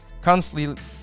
constantly